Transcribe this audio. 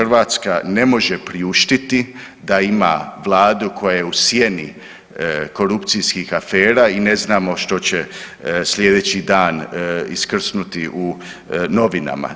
Hrvatska ne može priuštiti da ima vladu koja je u sjeni korupcijskih afera i ne znamo što će slijedeći dan iskrsnuti u novinama.